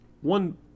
one